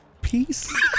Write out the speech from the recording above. Peace